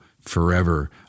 forever